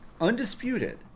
undisputed